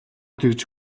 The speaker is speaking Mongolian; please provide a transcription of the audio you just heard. тэгж